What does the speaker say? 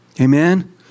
Amen